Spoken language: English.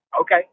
okay